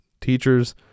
teachers